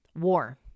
war